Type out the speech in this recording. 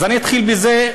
אז אני אתחיל בזה,